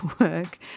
work